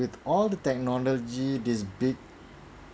with all the technology this big